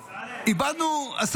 איבדנו,